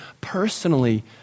personally